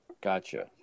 Gotcha